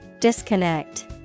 Disconnect